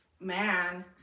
man